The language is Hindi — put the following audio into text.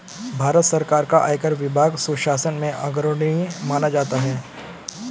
भारत सरकार का आयकर विभाग सुशासन में अग्रणी माना जाता है